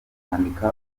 kwandika